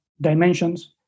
dimensions